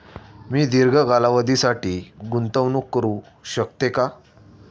मी दीर्घ कालावधीसाठी गुंतवणूक करू शकते का?